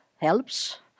helps